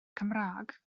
cymraeg